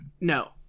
no